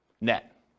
net